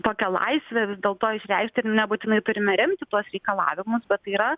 tokią laisvę vis dėl to išreikšti ir nebūtinai turime remti tuos reikalavimus bet tai yra